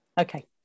Okay